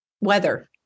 weather